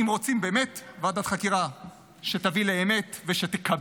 אם רוצים באמת ועדת חקירה שתביא לאמת ושתקבל